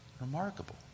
Remarkable